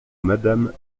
madame